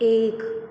एक